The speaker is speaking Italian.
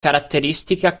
caratteristica